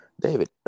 David